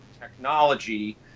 technology